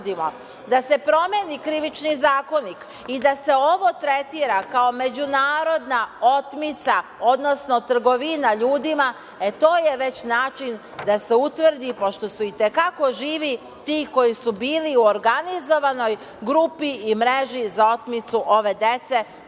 Da se promeni Krivični zakonik i da se ovo tretira kao međunarodna otmica, odnosno trgovina ljudima, e to je već način da se utvrdi, pošto su i te kako živi ti koji su bili u organizovanoj grupi i mreži za otmicu ove dece.